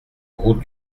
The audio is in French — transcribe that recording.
route